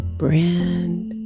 brand